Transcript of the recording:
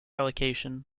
allocation